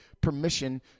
permission